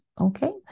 okay